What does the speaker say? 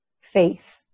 faith